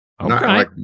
okay